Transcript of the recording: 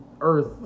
earth